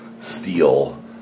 Steel